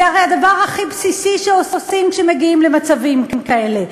זה הרי הדבר הכי בסיסי שעושים כשמגיעים למצבים כאלה.